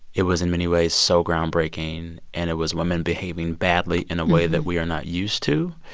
it was, in many ways, so groundbreaking. and it was women behaving badly in a way that we are not used to.